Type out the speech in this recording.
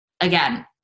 again